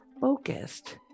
focused